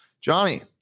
Johnny